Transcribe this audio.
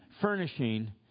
furnishing